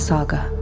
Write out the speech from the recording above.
Saga